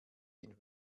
ihn